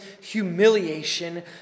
humiliation